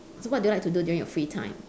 so what do you like to do during your free time